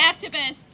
activists